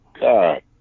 God